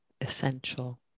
essential